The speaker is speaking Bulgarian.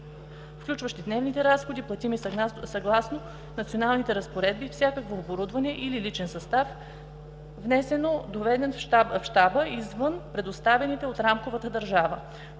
включващи дневните разходи, платими съгласно националните разпоредби, всякакво оборудване или личен състав, внесено в Щаба извън предоставените от рамковата държава.